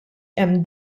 hemm